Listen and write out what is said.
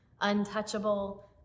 Untouchable